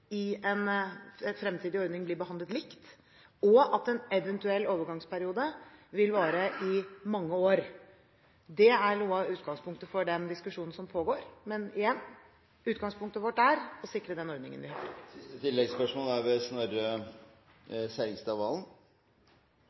i en fremtidig ordning blir behandlet likt, og at en eventuell overgangsperiode vil vare i mange år. Det er noe av utgangspunktet for den diskusjonen som pågår, men igjen: Utgangspunktet vårt er å sikre den ordningen vi har. Jeg merker meg at Kristelig Folkepartis fremste bidrag i denne spørretimen er